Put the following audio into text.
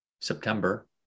September